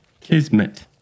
Kismet